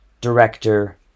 director